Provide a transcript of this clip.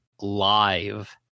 live